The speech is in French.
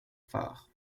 phare